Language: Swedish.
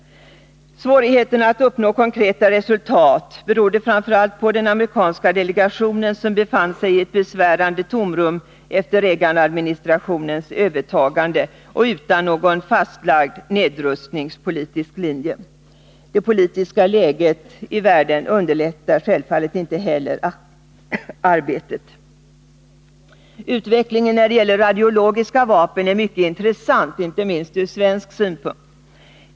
Svårigheterna att uppnå konkreta resultat berodde framför allt på den amerikanska delegationen som befann sig i ett besvärande tomrum efter Reaganadministrationens övertagande av makten. Man hade inte någon fastlagd nedrustningspolitisk linje. Det politiska läget i världen underlättar självfallet inte heller arbetet. Utvecklingen när det gäller radiologiska vapen är mycket intressant — inte minst ur svensk synpunkt.